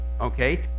okay